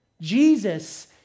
Jesus